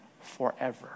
forever